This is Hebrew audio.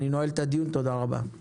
אני נועל את הדיון, תודה רבה.